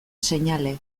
seinale